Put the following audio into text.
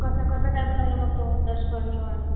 कसं कसं कायं बनवलं मग तो दशपर्णी वन